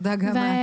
תודה גם לך.